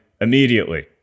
immediately